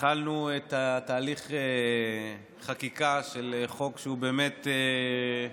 התחלנו את תהליך החקיקה של חוק באמת חשוב,